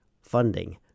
funding